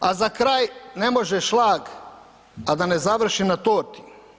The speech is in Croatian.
A za kraj ne može šlag a da ne završi na torti.